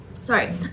sorry